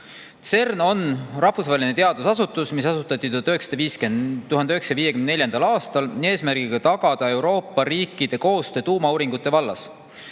CERN on rahvusvaheline teadusasutus, mis asutati 1954. aastal eesmärgiga tagada Euroopa riikide koostöö tuumauuringute vallas.